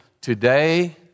Today